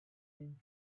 been